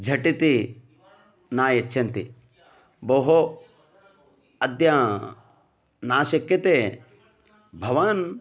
झटिति न यच्छन्ति भोः अद्य न शक्यते भवान्